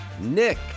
Nick